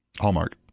Hallmark